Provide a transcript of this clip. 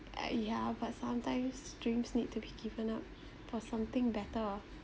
uh yeah but sometimes dreams need to be given up for something better